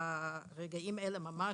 ברגעים אלה ממש,